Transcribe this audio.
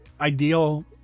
ideal